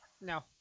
No